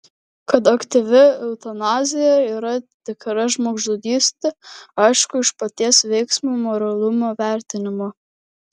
kad aktyvi eutanazija yra tikra žmogžudystė aišku iš paties veiksmo moralumo vertinimo